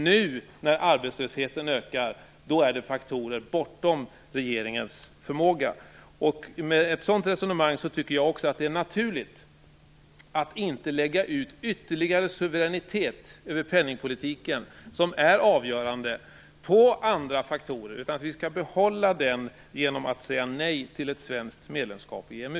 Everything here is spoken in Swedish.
Nu, när arbetslösheten ökar, beror det på faktorer bortom regeringens förmåga. Mot bakgrund av ett sådant resonemang tycker jag att det är naturligt att inte lägga ut ytterligare suveränitet vad gäller penningpolitiken, som är avgörande, på andra faktorer. Vi skall behålla suveräniteten genom att säga nej till ett svenskt medlemskap i EMU.